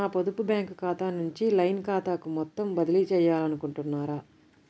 నా పొదుపు బ్యాంకు ఖాతా నుంచి లైన్ ఖాతాకు మొత్తం బదిలీ చేయాలనుకుంటున్నారా?